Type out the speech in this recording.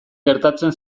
gertatzen